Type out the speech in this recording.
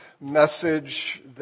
message